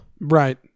Right